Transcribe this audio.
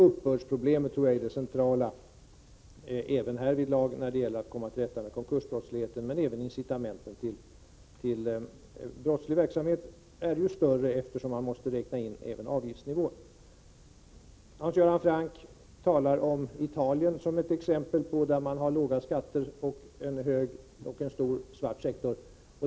Uppbördsproblemet är, tror jag, det centrala även när det gäller att komma till rätta med konkursbrottsligheten. Incitamenten till brottslig verksamhet är ju större, eftersom man måste räkna in även avgiftsnivån. Hans Göran Franck tar Italien som ett exempel på ett land där man har låga skatter och en stor svart sektor.